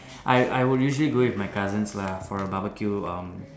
I I would usually go with my cousins lah for a barbeque um